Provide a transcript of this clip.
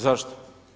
Zašto?